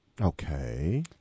Okay